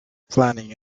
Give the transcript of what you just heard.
planning